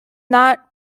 not